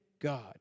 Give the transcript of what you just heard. God